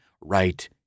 right